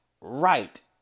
right